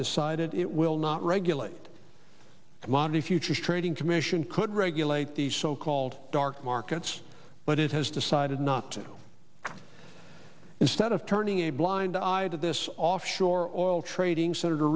decided it will not regulate commodity futures trading commission could regulate the so called dark markets but it has decided not to instead of turning a blind eye to this offshore oil trading senator